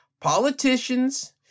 Politicians